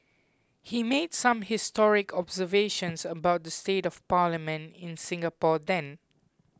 he made some historic observations about the state of Parliament in Singapore then